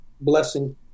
blessing